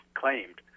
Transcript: claimed